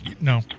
No